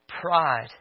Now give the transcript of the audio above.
pride